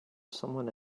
someone